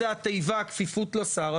זה התיבה של כפיפות לשר,